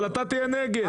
אבל אתה תהיה נגד,